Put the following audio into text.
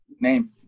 name